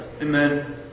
Amen